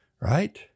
Right